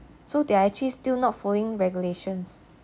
so they are actually still not following regulations